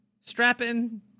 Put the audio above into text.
strapping